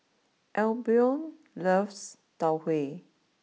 Albion loves Tau Huay